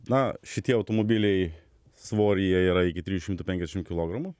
na šitie automobiliai svoryje yra iki trijų šimtų penkiasdešimt kilogramų